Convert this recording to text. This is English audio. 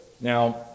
Now